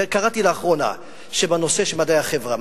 וקראתי לאחרונה שבנושא של מדעי החברה,